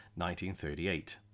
1938